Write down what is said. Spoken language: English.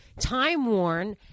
time-worn